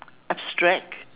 abstract